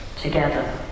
together